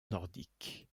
nordique